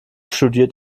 studiert